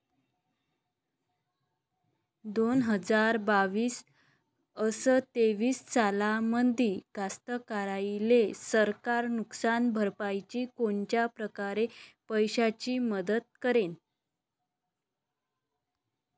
दोन हजार बावीस अस तेवीस सालामंदी कास्तकाराइले सरकार नुकसान भरपाईची कोनच्या परकारे पैशाची मदत करेन?